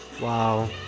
Wow